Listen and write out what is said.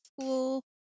school